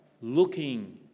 looking